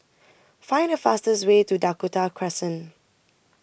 Find The fastest Way to Dakota Crescent